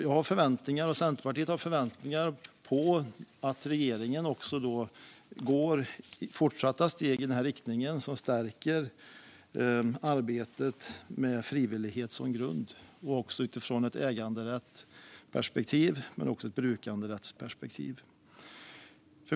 Jag och Centerpartiet har förväntningar på att regeringen går fortsatta steg i denna riktning som stärker arbetet med frivillighet som grund utifrån ett äganderätts och brukanderättsperspektiv.